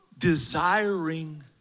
desiring